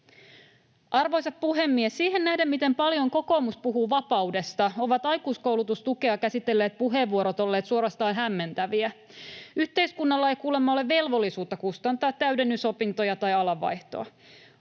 Arvoisa puhemies! Siihen nähden, miten paljon kokoomus puhuu vapaudesta, ovat aikuiskoulutustukea käsitelleet puheenvuorot olleet suorastaan hämmentäviä. Yhteiskunnalla ei kuulemma ole velvollisuutta kustantaa täydennysopintoja tai alanvaihtoa.